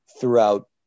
throughout